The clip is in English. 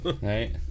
Right